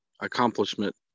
accomplishment